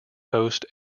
host